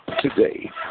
today